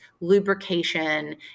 lubrication